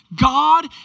god